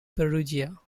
perugia